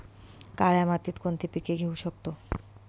काळ्या मातीत कोणती पिके घेऊ शकतो?